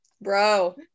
bro